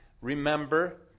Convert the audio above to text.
remember